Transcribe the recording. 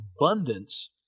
abundance